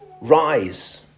Rise